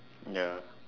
ya lah